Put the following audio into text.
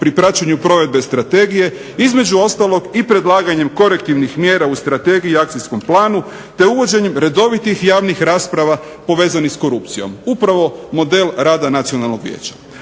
pri praćenju provedbe strategije, između ostalog i predlaganjem korektivnih mjera u strategiji i akcijskom planu, te uvođenjem redovitih javnih rasprava povezanih sa korupcijom. Upravo model rada Nacionalnog vijeća.